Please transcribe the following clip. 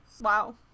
Wow